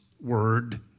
word